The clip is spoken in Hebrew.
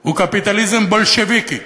הוא קפיטליזם בולשביקי,